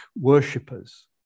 worshippers